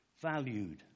valued